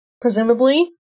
presumably